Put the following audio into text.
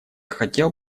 хотел